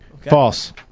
False